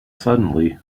suddenly